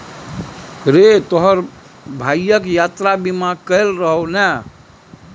रे तोहर भायक यात्रा बीमा कएल रहौ ने?